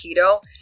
keto